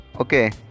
Okay